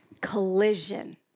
collision